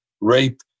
rape